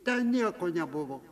ten nieko nebuvo